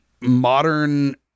modern